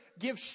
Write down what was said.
Give